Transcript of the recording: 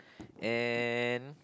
and